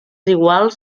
iguals